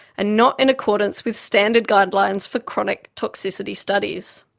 and not in accordance with standard guidelines for chronic toxicity studies'.